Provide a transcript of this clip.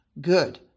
good